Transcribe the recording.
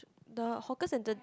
the hawker centre